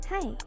Hi